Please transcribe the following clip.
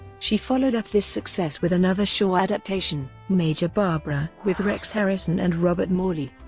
she followed up this success with another shaw adaptation, major barbara with rex harrison and robert morley.